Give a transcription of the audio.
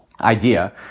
idea